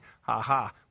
ha-ha